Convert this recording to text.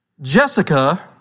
Jessica